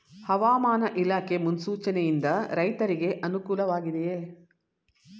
ಹವಾಮಾನ ಇಲಾಖೆ ಮುನ್ಸೂಚನೆ ಯಿಂದ ರೈತರಿಗೆ ಅನುಕೂಲ ವಾಗಿದೆಯೇ?